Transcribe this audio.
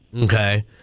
Okay